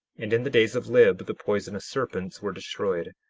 and in the days of lib the poisonous serpents were destroyed.